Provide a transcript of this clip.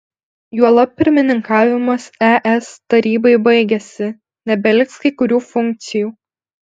juolab pirmininkavimas es tarybai baigėsi nebeliks kai kurių funkcijų